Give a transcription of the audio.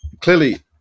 clearly